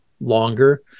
longer